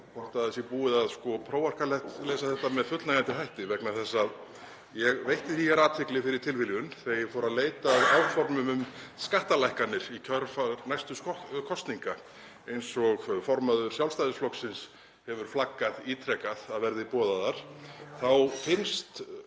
hvort það sé búið að prófarkalesa þetta með fullnægjandi hætti vegna þess að ég veitti því athygli fyrir tilviljun þegar ég fór að leita að áformum um skattalækkanir í kjölfar næstu kosninga, eins og formaður Sjálfstæðisflokksins hefur flaggað ítrekað að verði boðaðar, að það finnast